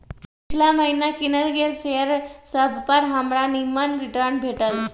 पिछिला महिन्ना किनल गेल शेयर सभपर हमरा निम्मन रिटर्न भेटल